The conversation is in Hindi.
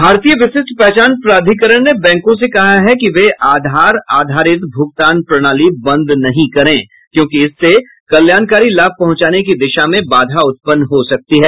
भारतीय विशिष्ट पहचान प्राधिकरण ने बैंकों से कहा है कि वे आधार आधारित भुगतान प्रणाली बंद नहीं करें क्योंकि इससे कल्याणकारी लाभ पहुंचाने की दिशा में बाधा उत्पन्न हो सकती है